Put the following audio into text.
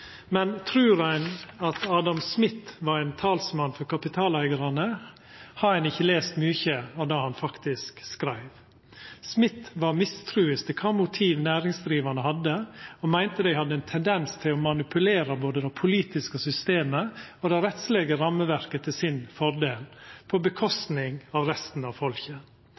men trur ein at Adam Smith var ein talsmann for kapitaleigarane, har ein ikkje lese mykje av det han faktisk skreiv. Smith var mistruisk til kva motiv næringsdrivande hadde, og meinte dei hadde ein tendens til å manipulera både det politiske systemet og det rettslege rammeverket til sin fordel, på kostnad av resten av folket.